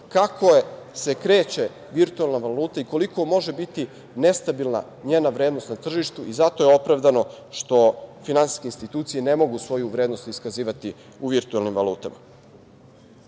kako se kreće virtuelna valuta i koliko može biti nestabilna njena vrednost na tržištu i zato je opravdano što finansijske institucije ne mogu svoju vrednost iskazivati u virtuelnim